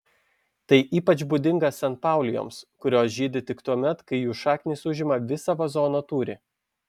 tai ypač būdinga sanpaulijoms kurios žydi tik tuomet kai jų šaknys užima visą vazono tūrį